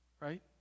Right